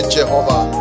Jehovah